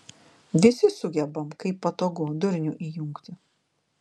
visi sugebam kai patogu durnių įjungti